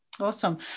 Awesome